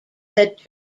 that